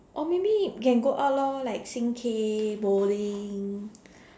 or maybe you can go out lor like sing K bowling